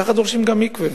כך דורשים גם מקווה,